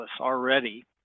already